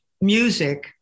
music